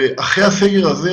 אחרי הסגר הזה,